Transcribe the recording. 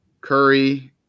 Curry